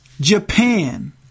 Japan